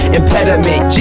impediment